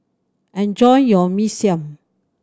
enjoy your Mee Siam